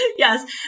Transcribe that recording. Yes